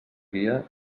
guia